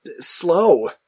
slow